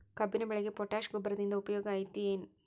ಕಬ್ಬಿನ ಬೆಳೆಗೆ ಪೋಟ್ಯಾಶ ಗೊಬ್ಬರದಿಂದ ಉಪಯೋಗ ಐತಿ ಏನ್?